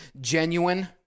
genuine